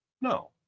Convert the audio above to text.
no